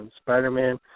Spider-Man